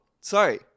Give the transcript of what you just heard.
sorry